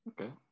okay